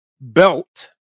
belt